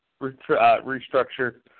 restructure